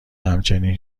همچنین